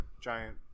giant